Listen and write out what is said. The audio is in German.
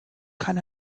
kann